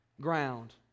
ground